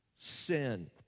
sin